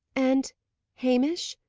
and hamish?